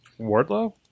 Wardlow